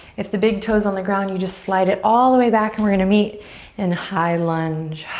if the big toe's on the ground you just slide it all the way back and we're gonna meet in high lunge.